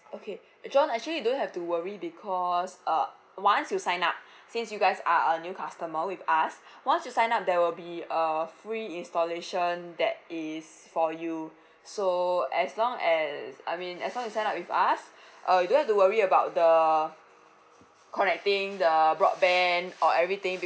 okay john actually you don't have to worry because err once you sign up since you guys are a new customer with us once you sign up there will be a free installation that is for you so as long as I mean as long you sign up with us uh you don't have to worry about the connecting the broadband or everything